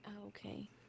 Okay